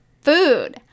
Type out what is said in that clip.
food